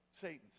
Satan's